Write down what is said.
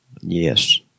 Yes